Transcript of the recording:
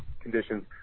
conditions